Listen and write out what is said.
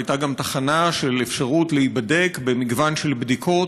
הייתה גם תחנה עם אפשרות להיבדק במגוון של בדיקות.